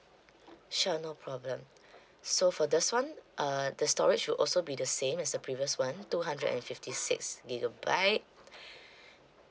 sure no problem so for this one uh the storage will also be the same as the previous one two hundred and fifty six gigabyte